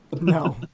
no